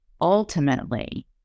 ultimately